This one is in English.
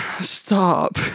Stop